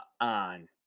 on